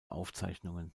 aufzeichnungen